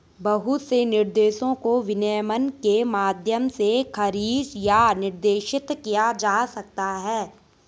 बहुत से निर्देशों को विनियमन के माध्यम से खारिज या निर्देशित किया जा सकता है